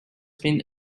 been